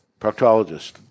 Proctologist